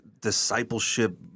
discipleship